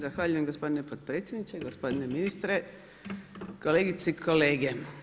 Zahvaljujem gospodine potpredsjedniče, gospodine ministre, kolegice i kolege.